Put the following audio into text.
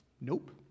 nope